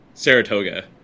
Saratoga